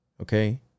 okay